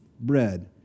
bread